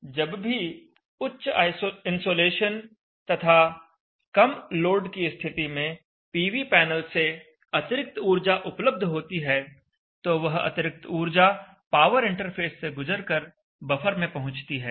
इसलिए जब भी उच्च इंसोलेशन तथा कम लोड की स्थिति में पीवी पैनल से अतिरिक्त एनर्जी उपलब्ध होती है तो वह अतिरिक्त एनर्जी पावर इंटरफेस से गुजरकर बफर में पहुंचती है